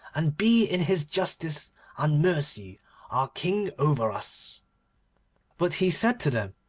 and be in his justice and mercy our king over us but he said to them,